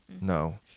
No